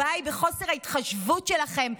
הבעיה היא בחוסר ההתחשבות שלכם,